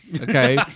okay